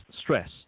stress